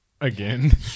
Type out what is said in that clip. again